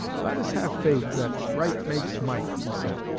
let us have faith that right makes might he said,